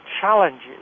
challenges